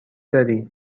داری